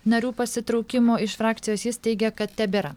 narių pasitraukimo iš frakcijos jis teigia kad tebėra